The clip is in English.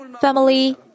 family